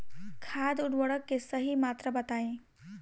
खाद उर्वरक के सही मात्रा बताई?